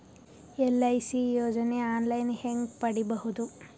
LIC ಯೋಜನೆ online ಹೇಂಗ ಪಡಿಬಹುದು?